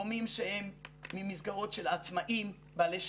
גורמים שהם ממסגרות של עצמאים, בעלי שליטה,